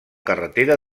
carretera